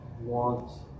want